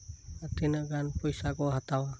ᱟᱨ ᱛᱤᱱᱟᱹᱜ ᱜᱟᱱ ᱯᱚᱭᱥᱟ ᱠᱚ ᱦᱟᱛᱟᱣᱟ